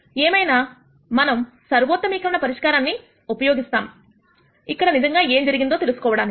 ఏమైనా నా మనం సర్వోత్తమీకరణ పరిష్కారాన్ని ఉపయోగిస్తాం ఇక్కడ నిజంగా ఏం జరిగిందో తెలుసుకోవడానికి